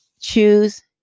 choose